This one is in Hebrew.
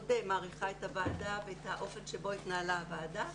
מעריכה את הוועדה ואת האופן שבו התנהלה הוועדה.